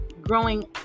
growing